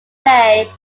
clay